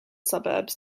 suburbs